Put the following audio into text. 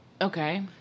okay